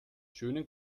schönen